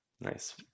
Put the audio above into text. nice